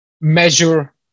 measure